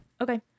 Okay